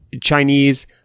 Chinese